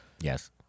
Yes